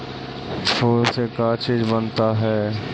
फूल से का चीज बनता है?